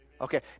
Okay